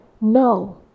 No